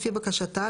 לפי בקשתה,